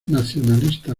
nacionalista